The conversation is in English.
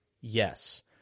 Yes